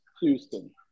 Houston